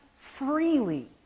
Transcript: freely